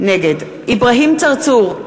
נגד אברהים צרצור,